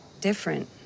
different